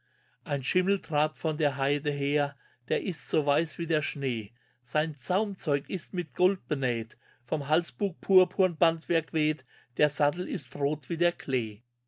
ein schimmel trabt von der heide her der ist so weiß wie der schnee sein zaumzeug ist mit gold benäht vom halsbug purpurn bandwerk weht der sattel ist rot wie der klee